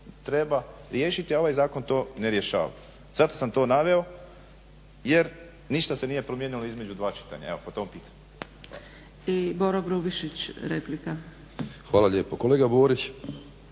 treba riješiti a ovaj zakon to ne rješava. Zato sam to naveo jer ništa se nije promijenilo između dva čitanja, evo po tom pitanju. **Zgrebec, Dragica (SDP)** I Boro